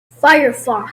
firefox